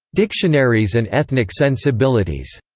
dictionaries and ethnic sensibilities.